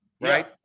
right